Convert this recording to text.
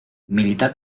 militar